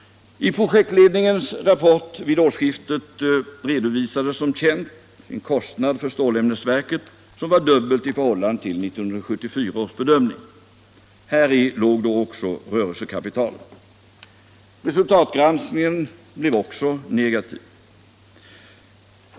I projektledningens rapport vid årsskiftet redovisades som känt en kostnad för stålämnesverket, som var dubbelt så stor som den vid 1974 års bedömning. Häri låg då även rörelsekapitalet. Resultatgranskningen blev också negativ.